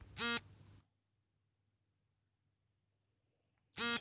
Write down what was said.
ಶೇಂಗಾ ಬೆಳೆಯಲ್ಲಿ ಉತ್ತಮ ಇಳುವರಿ ನೀಡುವ ತಳಿ ಯಾವುದು?